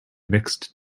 mixed